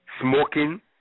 smoking